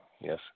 yes